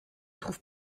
trouve